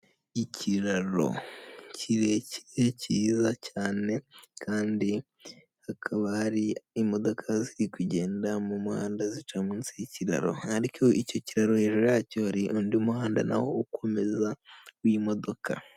Ikiraro kirekire cyiza cyane kandi hakaba hari imodoka ziri kugenda mu muhanda zica munsi y'ikiraro, ariko icyo kiraro hejuru yacyo hari undi muhanda na wo ukomeza w'imodoka.